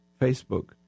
Facebook